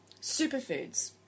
superfoods